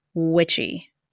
Witchy